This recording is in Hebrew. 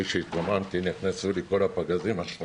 אני כשהתרוממתי נכנסו לי הפגזים שהיו